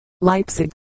Leipzig